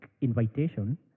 invitation